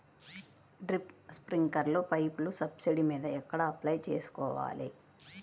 Drip, స్ప్రింకర్లు పైపులు subsidy మీద ఎక్కడ అప్లై చేసుకోవాలి?